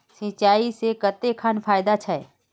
सिंचाई से कते खान फायदा छै?